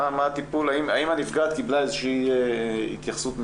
האם הנפגעת קיבלה איזושהי התייחסות מיוחדת.